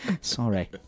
Sorry